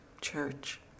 church